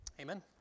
Amen